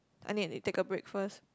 I need to take a break first